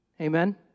Amen